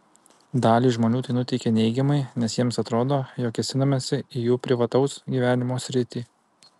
dalį žmonių tai nuteikia neigiamai nes jiems atrodo jog kėsinamasi į jų privataus gyvenimo sritį